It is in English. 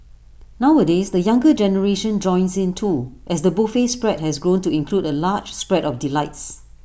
nowadays the younger generation joins in too as the buffet spread has grown to include A large spread of delights